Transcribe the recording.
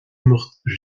imeacht